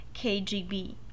KGB